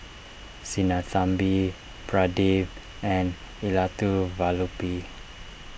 Sinnathamby Pradip and Elattuvalapil